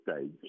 stage